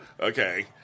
Okay